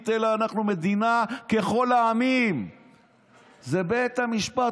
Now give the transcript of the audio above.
אלא אנחנו מדינה ככל העמים זה בית המשפט,